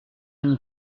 une